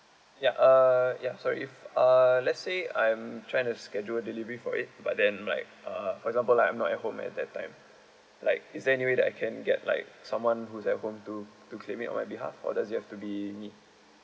ya uh ya sorry if uh let's say I'm trying to schedule delivery for it but then right uh for example like I'm not at home at that time like is there any way that I can get like someone who's at home to to claim it on my behalf or does it have to be me